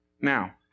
Now